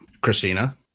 Christina